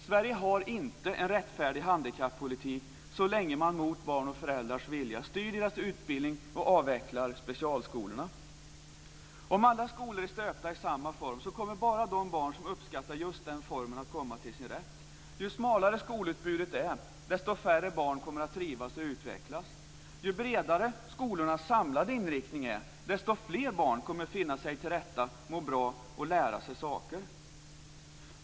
Sverige har inte en rättfärdig handikappolitik så länge man mot barns och föräldrars vilja styr deras utbildning och avvecklar specialskolorna. Om alla skolor är stöpta i samma form kommer bara de barn som uppskattar just den formen att komma till sin rätt. Ju smalare skolutbudet är, desto färre barn kommer att trivas och utvecklas. Ju bredare skolornas samlade inriktning är, desto fler barn kommer att finna sig till rätta, må bra och lära sig saker.